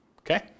Okay